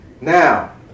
Now